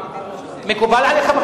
נדמה לי,